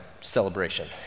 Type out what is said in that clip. celebration